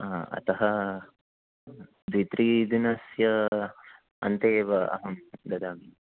आ अतः द्वित्रिदिनस्य अन्ते एव अहं ददामि